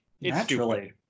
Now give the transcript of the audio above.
Naturally